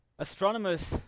Astronomers